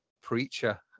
preacher